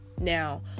now